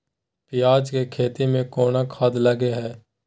पियाज के खेती में कोन खाद लगे हैं?